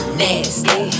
nasty